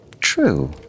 True